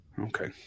Okay